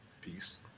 Peace